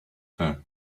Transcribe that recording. her